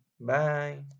bye